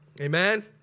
amen